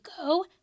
go